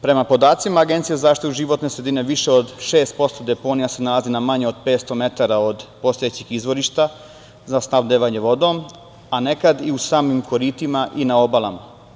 Prema podacima Agencije za zaštitu životne sredine, više od 6% deponija se nalazi na manje od 500 metara od postojećih izvorišta za snabdevanje vodom, a nekad u samim koritima i na obalama.